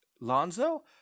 Lonzo